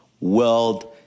world